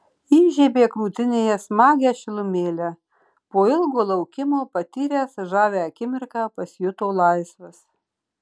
įžiebė krūtinėje smagią šilumėlę po ilgo laukimo patyręs žavią akimirką pasijuto laisvas